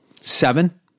Seven